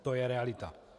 To je realita.